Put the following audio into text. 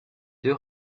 deux